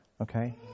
okay